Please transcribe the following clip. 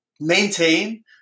maintain